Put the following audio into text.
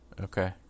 Okay